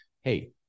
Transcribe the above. Hey